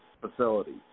facilities